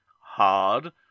hard